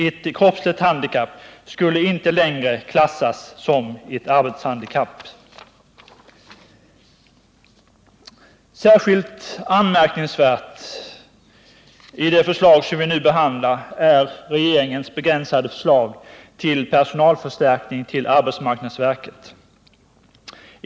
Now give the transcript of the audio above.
Ett kroppsligt handikapp skulle inte längre klassas som ett arbetshandikapp. Särskilt anmärkningsvärt bland de förslag som vi nu behandlar är regeringens begränsade förslag till personalförstärkning till arbetsmarknadsverket.